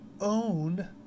own